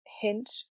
hint